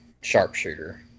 sharpshooter